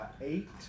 eight